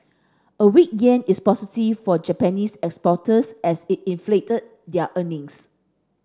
a weak yen is positive for Japanese exporters as it inflate their earnings